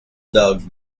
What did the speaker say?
dog